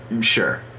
Sure